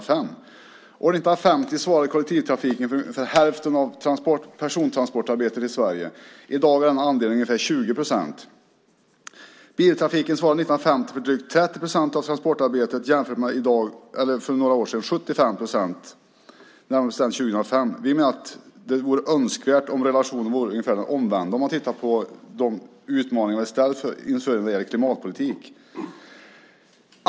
År 1950 svarade kollektivtrafiken för ungefär hälften av persontransportarbetet i Sverige. I dag är den andelen ungefär 20 procent. År 1950 svarade biltrafiken för drygt 30 procent av persontransportarbetet jämfört med 75 procent för några år sedan, närmare bestämt år 2005. Vi menar att det vore önskvärt om relationen var ungefär den omvända sett till de utmaningar vi ställs inför vad gäller klimatpolitiken.